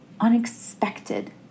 unexpected